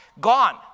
gone